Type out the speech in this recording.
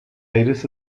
iris